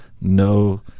no